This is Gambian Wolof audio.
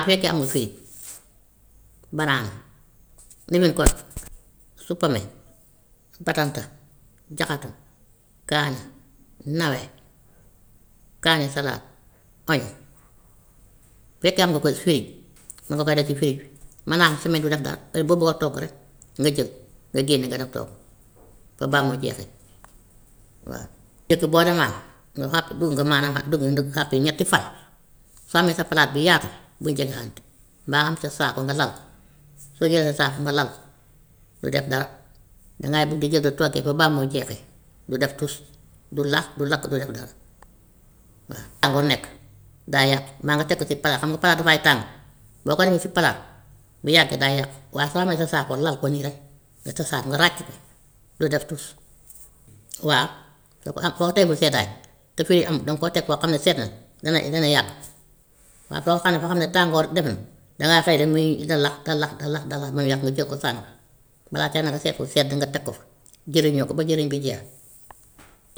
Bu fekkee am nga fii banaana ñu ne kon supame, batanta, jaxatu, kaani, nawe, kaane salaad, oño bu fekkee am nga ko si fridge mun nga ko def si fridge bi mën naa am semaine du def dara, heure boo bugg a togg rek nga jël, nga génne nga dem togg ba ba mu jeexee waa. Dëkk boo demaan nga happ bugg nga maanaam ha- bugg nga happy ñetti fan, soo amee sa palaat bu yaatu buñ jegexante, mbaa am sa saako nga lal ko, soo jëlee sa saako nga lal ko, du def dara, dangay bugg di jël di toggee ba ba mu jeexee du def tus, du lax, du lakk, du def dara waa at bu nekk day yàqu, mbaa nga teg ko ci palaat xam nga palaat dafay tàng, boo ko defee si palaat bu yàggee day yàqu, waaye soo amee sa saako lal ko nii rek nga tasaa nga ràcc ko du def tus. Waa soo ko a- soo teelul seddaay te fridge amut danga koy teg foo xam ne sedd na dana dana yàqu waaye foo xam ne ba xam ne tàngoor dem na danagy xëy rek muy dallax dallax dallax dallax ba mu yàqu nga jël ko sànni, balaa caag nag nga seet fu sedd nga teg ko fa jëriñoo ko ba jëriñ bi jeex.